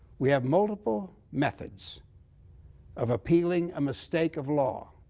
we have multiple methods of appealing a mistake of law.